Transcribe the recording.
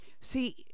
see